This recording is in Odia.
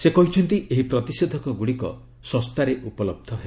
ସେ କହିଛନ୍ତି ଏହି ପ୍ରତିଷେଧକ ଗୁଡ଼ିକ ଶସ୍ତାରେ ଉପଲହ୍ଧ ହେବ